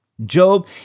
Job